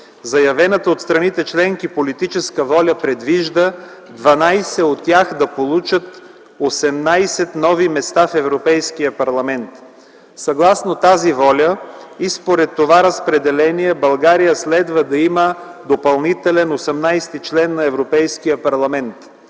Заявената от страните членки политическа воля предвижда дванадесет от тях да получат 18 нови места в Европейския парламент. Съгласно тази воля и според това разпределение, България следва да има допълнителен осемнадесети член на Европейския парламент.